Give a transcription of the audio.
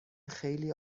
خیلی